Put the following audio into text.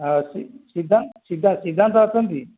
ହଁ ସିଦ୍ଧାନ୍ତ ଅଛନ୍ତି